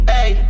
Hey